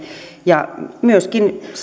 ja myöskin